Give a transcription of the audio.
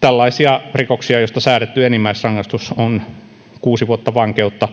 tällaisia rikoksia joista säädetty enimmäisrangaistus on kuusi vuotta vankeutta